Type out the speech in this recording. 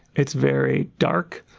it's very dark,